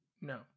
No